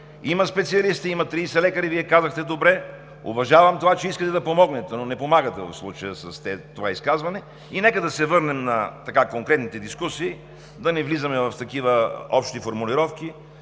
има специалисти, има 30 лекари – Вие казахте, добре. Уважавам това, че искате да помогнете, но не помагате в случая с това изказване. И нека да се върнем на конкретните дискусии, да не влизаме в такива общи формулировки,